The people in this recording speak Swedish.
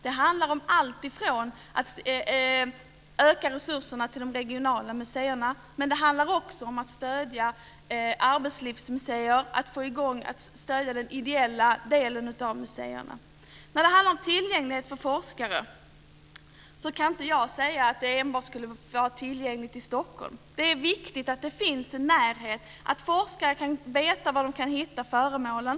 Det handlar om alltifrån att öka resurserna för de regionala museerna till att stödja arbetslivsmuseer och främja den ideella delen av museerna. Vad avser tillgänglighet för forskare kan jag inte säga att materialet ska vara tillgängligt enbart i Stockholm. Det är viktigt att det finns en närhet och att forskare kan veta var de kan hitta föremålen.